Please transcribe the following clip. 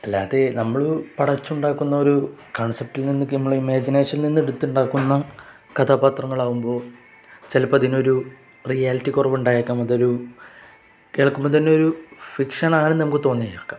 അല്ലാതെ നമ്മൾ പടച്ചുണ്ടാക്കുന്ന ഒരു കൺസെപ്റ്റിൽ നിന്ന് നമ്മൾ ഇമേജിനേഷൻ നിന്ന് എടുത്തുണ്ടാക്കുന്ന കഥാപാത്രങ്ങളാകുമ്പോൾ ചിലപ്പം അതിനൊരു റിയാലിറ്റി കുറവുണ്ടായേക്കാം അതൊരു കേൾക്കുമ്പോൾ തന്നെയൊരു ഫിക്ഷന ആണെന്ന് നമുക്ക് തോന്നിയക്കാം